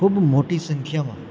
ખૂબ મોટી સંખ્યામાં